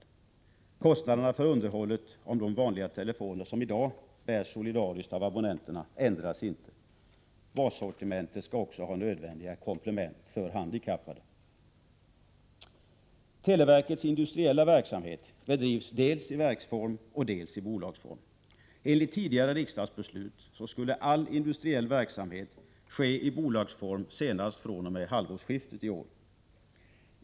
De kostnader för underhållet av vanliga telefoner som i dag bärs solidariskt av abonnenterna ändras inte. Bassortimentet skall också ha nödvändiga komplement för handikappade. Televerkets industriella verksamhet bedrivs dels i verksform, dels i bolagsform. Enligt tidigare riksdagsbeslut skulle all industriell verksamhet ske i bolagsform senast fr.o.m. halvårsskiftet i år.